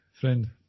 friend